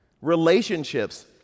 Relationships